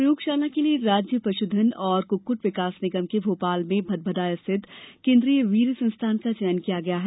प्रयोगशाला के लिये राज्य पशुधन एवं कुक्कुट विकास निगम के भोपाल में भदभदा स्थित केन्द्रीय वीर्य संस्थान का चयन किया गया है